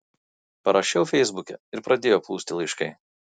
parašiau feisbuke ir pradėjo plūsti laiškai